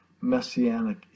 messianic